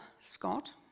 Scott